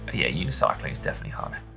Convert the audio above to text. yeah, unicycling's definitely harder.